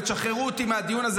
ותשחררו אותי מהדיון הזה,